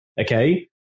okay